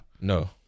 No